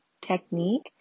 technique